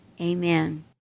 Amen